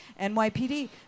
NYPD